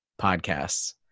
podcasts